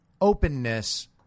openness